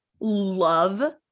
love